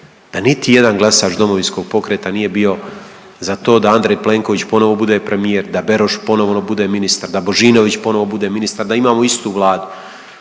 da niti jedan glasač Domovinskog pokreta nije bio za to da Andrej Plenković ponovo bude premijer, da Beroš ponovno bude ministar, da Božinović ponovo bude ministar, da imamo istu Vladu.